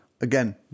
Again